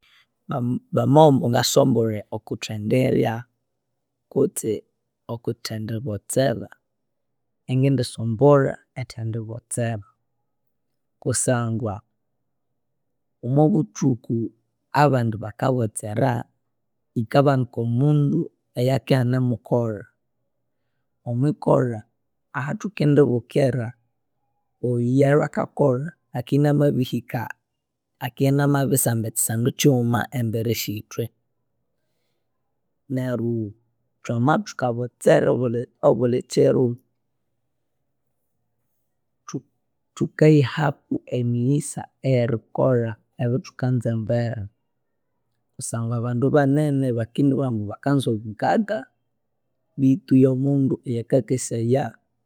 Bam- bamabughambu ngasombole e okuthendirya kutse okuthendi botsera ingindisombolha erithendibotsera kusangwa omwabuthuku abandi bakabotsera yikabanika omundu ayakia nanemukolha. Omwikolha ahathuki ndibukira oyalwe kakolha akinamabihika, akinamabisamba kyisandu kyighuma embere syithwe neryu thwama thukaghotsera abuli kyiru thu- thukayihaku emighisa eyerikolha ebyuthukanza embere. Kusangwa abandu banene bakindibughambu bakanza obugaga bithu yomundu ayakakesaya